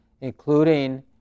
including